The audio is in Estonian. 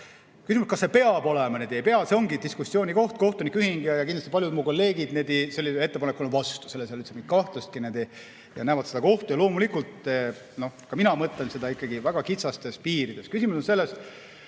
Küsimus, kas see peab olema või ei pea, ongi diskussiooni koht. Kohtunike ühing ja kindlasti paljud mu kolleegid on selle ettepaneku vastu. Selles ei ole üldse mingit kahtlustki, nad näevad seda kui ohtu. Loomulikult, ka mina mõtlen seda ikkagi väga kitsastes piirides. Küsimus on selles,